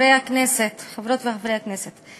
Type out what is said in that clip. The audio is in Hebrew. חברות וחברי הכנסת,